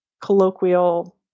colloquial